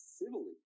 civilly